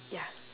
ya